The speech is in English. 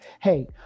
hey